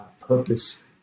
purpose